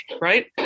right